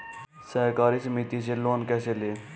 सहकारी समिति से लोन कैसे लें?